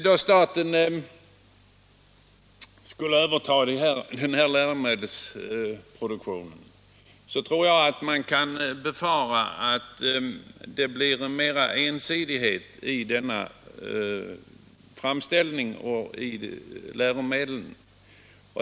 Om staten skulle överta läromedelsproduktionen, tror jag att man kan befara att det blir större ensidighet i framställningen av läromedel.